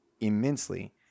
immensely